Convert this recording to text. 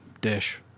dish